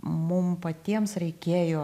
mum patiems reikėjo